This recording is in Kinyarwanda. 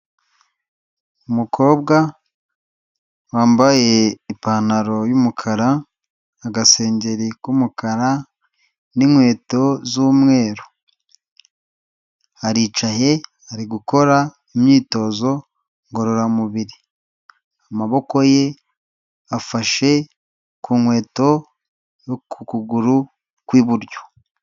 Umukobwa wambaye ipantaro y'umukara, agasengeri k'umukara n'inkweto z'umweru, aricaye ari gukora imyitozo ngororamubiri, amaboko ye afashe ku nkweto yo ku kuguru kw'iburyo.